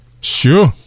Sure